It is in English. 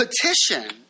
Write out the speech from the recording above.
petition